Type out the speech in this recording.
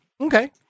Okay